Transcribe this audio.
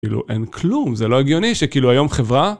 כאילו, אין כלום, זה לא הגיוני שכאילו היום חברה...